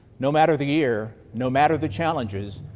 no matter the year, no matter the challenges,